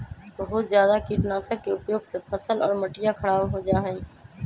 बहुत जादा कीटनाशक के उपयोग से फसल और मटिया खराब हो जाहई